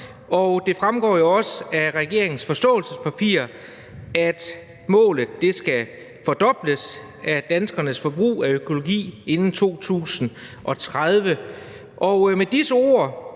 Og det fremgår jo også af regeringens forståelsespapir, at målet er at fordoble danskernes forbrug af økologi inden 2030. Med disse ord